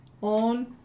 on